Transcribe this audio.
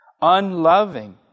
unloving